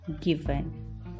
given